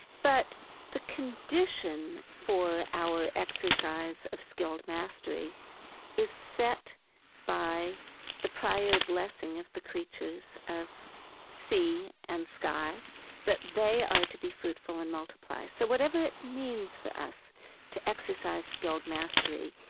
but the condition for our exercise of skilled mastery is set by the prior blessing of the creatures of sea and sky that they are to be fruitful and multiply. multiply. so whatever it means for us to exercise skilled mastery,